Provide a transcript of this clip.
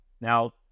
Now